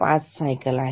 5 cycles आहेत